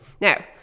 Now